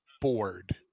bored